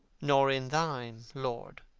nor in thine, lord.